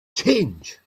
change